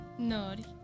Nori